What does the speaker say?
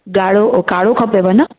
ॻाढ़ो काड़ो न